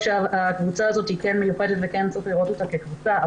שהקבוצה הזאת מיוחדת ולמה יש לראות אותן כקבוצה.